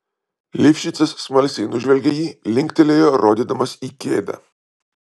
lifšicas smalsiai nužvelgė jį linktelėjo rodydamas į kėdę